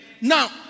Now